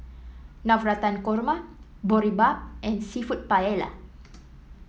Navratan Korma Boribap and seafood Paella